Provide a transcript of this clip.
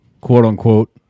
quote-unquote